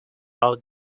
out